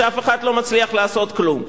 שאף אחד לא מצליח לעשות כלום.